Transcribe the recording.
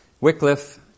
Wycliffe